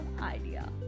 idea